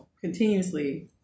continuously